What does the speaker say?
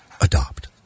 Adopt